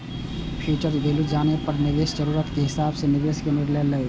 future value जानै पर निवेशक जरूरत के हिसाब सं निवेश के निर्णय लै छै